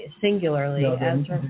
singularly